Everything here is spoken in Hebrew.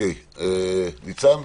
ניצן?